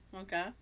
okay